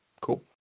cool